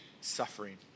suffering